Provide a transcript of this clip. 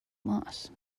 moss